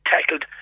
tackled